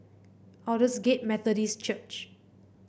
Aldersgate Methodist Church